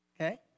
Okay